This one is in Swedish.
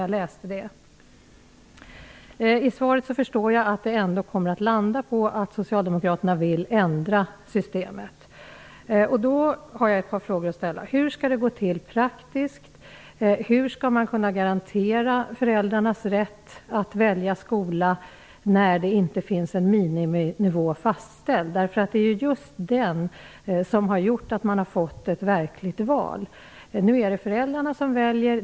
Av frågesvaret förstår jag att det ändock kommer att sluta med att Socialdemokraterna vill ändra systemet. Jag har ett par frågor att ställa. Hur skall det här gå till rent praktiskt? Hur skall man kunna garantera föräldrarnas rätt att välja skola när det inte finns en fastställd miniminivå? Det är den som har gjort att man har fått ett verkligt val. Nu är det föräldrarna som väljer.